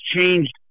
changed